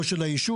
לא של הישוב,